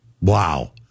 Wow